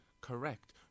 Correct